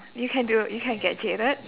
you can do you can get jaded